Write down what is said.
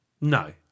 No